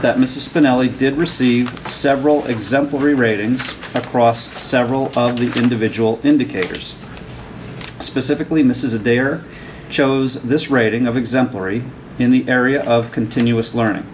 that mrs finale did receive several exemplary ratings across several individual indicators specifically this is a day or chose this rating of exemplary in the area of continuous learning